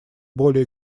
более